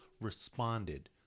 responded